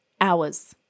hours